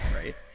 Right